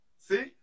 see